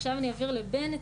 עכשיו אני אעביר לבן.